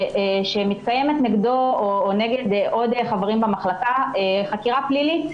שמתקיימת נגדו או נגד עוד חברים במחלקה חקירה פלילית.